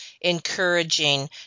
encouraging